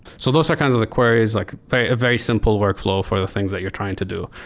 so those are kinds of the queries, like a very simple workflow for the things that you're trying to do.